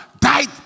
Died